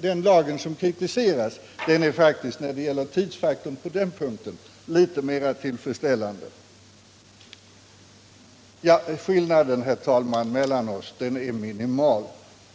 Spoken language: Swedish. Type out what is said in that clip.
Den lag som kritiseras är faktiskt litet mera tillfredsställande i fråga om tidsfaktorn. Skillnaden mellan oss är minimal.